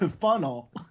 funnel